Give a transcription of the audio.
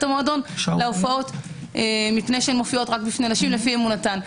המועדון מפני שמופיעות רק בפני נשים לפי אמונתן.